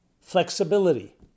flexibility